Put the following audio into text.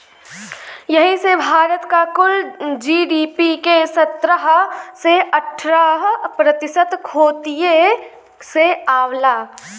यही से भारत क कुल जी.डी.पी के सत्रह से अठारह प्रतिशत खेतिए से आवला